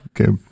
Okay